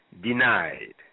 denied